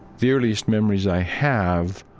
the earliest memories i have,